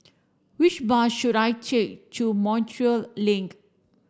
which bus should I take to Montreal Link